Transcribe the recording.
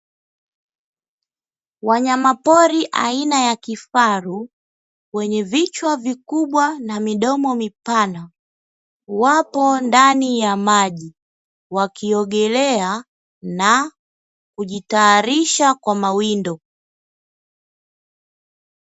Wanyama pori aina ya kifaru, wenye vichwa vikubwa na midomo mipana, wapo ndani ya maji, wakiogelea na kujitayarisha kwa mawindo.